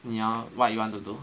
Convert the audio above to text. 你要 what you want to do